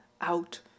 out